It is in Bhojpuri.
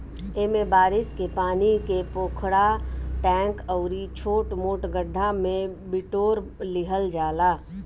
एमे बारिश के पानी के पोखरा, टैंक अउरी छोट मोट गढ्ढा में बिटोर लिहल जाला